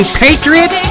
patriot